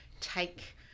take